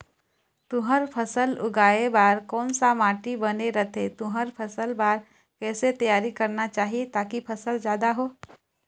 तुंहर फसल उगाए बार कोन सा माटी बने रथे तुंहर फसल बार कैसे तियारी करना चाही ताकि फसल जादा हो?